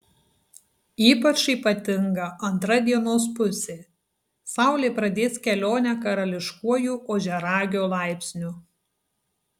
ypač ypatinga antra dienos pusė saulė pradės kelionę karališkuoju ožiaragio laipsniu